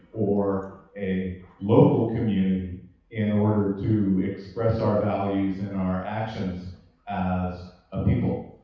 or a local community in order to express our values in our actions as a people.